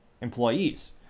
employees